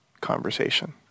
conversation